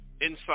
inside